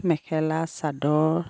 mekhela chador